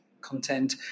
content